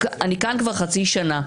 אני כאן כבר חצי שנה,